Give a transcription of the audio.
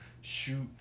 shoot